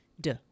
Duh